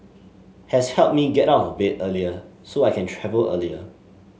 has helped me get out of bed earlier so I can travel earlier